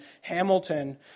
Hamilton